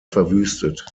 verwüstet